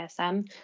ASM